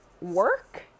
work